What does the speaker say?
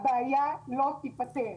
הבעיה לא תיפתר.